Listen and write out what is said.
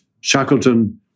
Shackleton